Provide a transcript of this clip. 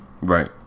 Right